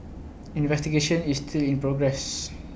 investigation is still in progress